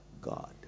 God